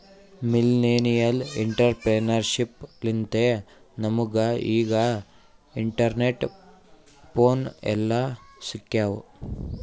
millennial entrepreneurship ಲಿಂತೆ ನಮುಗ ಈಗ ಇಂಟರ್ನೆಟ್, ಫೋನ್ ಎಲ್ಲಾ ಸಿಕ್ಯಾವ್